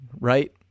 right